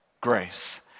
grace